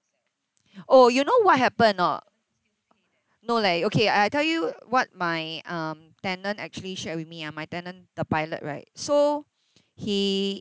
oh you know what happened or not no leh okay I I tell you what my um tenant actually shared with me ah my tenant the pilot right so he